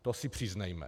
To si přiznejme.